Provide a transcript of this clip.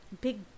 big